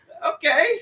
Okay